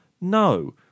No